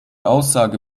aussage